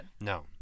No